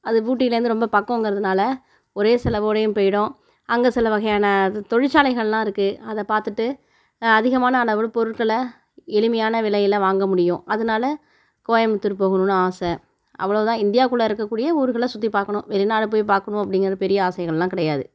அது ஊட்டியிலந்து ரொம்ப பக்கோங்கிறதுனால் ஒரே செலவோடையும் போயிடும் அங்கே சில வகையான இதுத் தொழிற்சாலைகள்லாம் இருக்கு அதை பார்த்துட்டு அதிகமான அளவில் பொருட்களை எளிமையான விலையில் வாங்க முடியும் அதனால கோயம்பத்தூர் போகணும்ன்னு ஆசை அவ்வளோ தான் இந்தியாக்குல்ல இருக்கக்கூடிய ஊர்களை சுற்றி பார்க்கணும் வெளிநாடு போய் பார்க்குணும் அப்படிங்கிற பெரிய ஆசைகள்லாம் கிடையாது